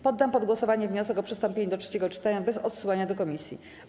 Poddam pod głosowanie wniosek o przystąpienie do trzeciego czytania bez odsyłania do komisji.